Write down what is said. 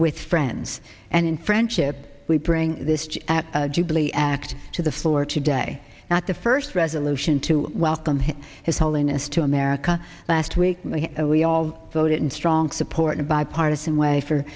with friends and in friendship we bring this jubilee act to the floor today at the first resolution to welcome him his holiness to america last week we all voted in strong support in a bipartisan way for